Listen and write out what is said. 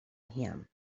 him